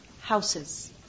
Houses